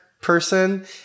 person